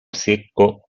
secco